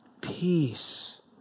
peace